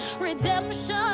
Redemption